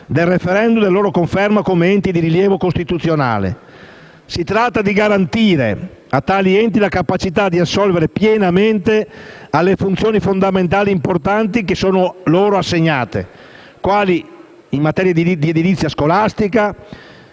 del *referendum* e della loro conferma come enti di rilievo costituzionale. Si tratta di garantire a tali enti la capacità di assolvere pienamente alle funzioni fondamentali importanti che sono loro assegnate, quali quelle in materia di edilizia scolastica,